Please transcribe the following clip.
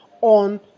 on